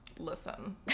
listen